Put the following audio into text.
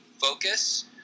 focus